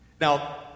Now